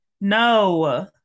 No